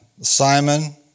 Simon